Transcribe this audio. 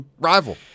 rival